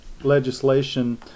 legislation